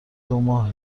دوماه